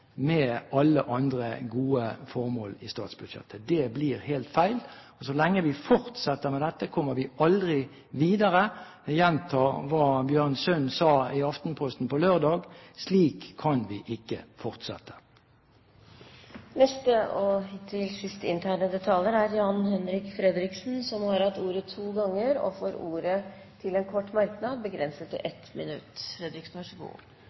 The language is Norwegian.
mot alle andre gode formål i et tolvmåneders statsbudsjett som veksler ut gode investeringsformål med alle andre gode formål. Det blir helt feil. Så lenge vi fortsetter med det, kommer vi aldri videre. Jeg gjentar hva Bjørn Sund sa i Aftenposten lørdag: «Slik kan vi ikke ha det.» Jan-Henrik Fredriksen har hatt ordet to ganger og får ordet til en kort merknad, begrenset til